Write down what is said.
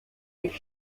ich